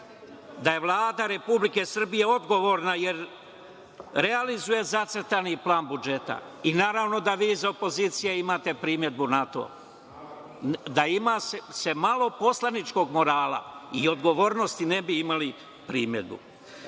da je Vlada Republike Srbije odgovorna, jer realizuje zacrtani plan budžeta i, naravno, da vi iz opozicije imate primedbu na to. Da se ima malo poslaničkog morala i odgovornosti, ne bi imali primedbu. Dozvolite